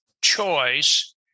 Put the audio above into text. choice